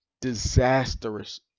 disastrous